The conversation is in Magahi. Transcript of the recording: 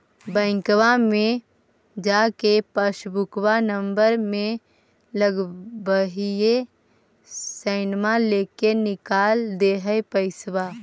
बैंकवा मे जा के पासबुकवा नम्बर मे लगवहिऐ सैनवा लेके निकाल दे है पैसवा?